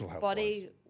body